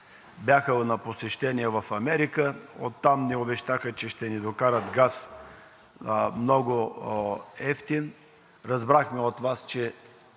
бяха на посещение в Америка, оттам ни обещаха, че ще ни докарат много евтин газ – разбрахме от Вас, че